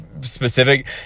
specific